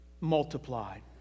multiplied